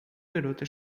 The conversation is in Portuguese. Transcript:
garota